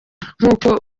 nk’uko